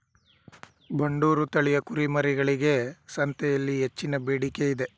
ಬಂಡೂರು ತಳಿಯ ಕುರಿಮರಿಗಳಿಗೆ ಸಂತೆಯಲ್ಲಿ ಹೆಚ್ಚಿನ ಬೇಡಿಕೆ ಇದೆ